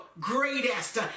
greatest